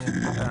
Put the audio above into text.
הוועדה.